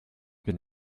been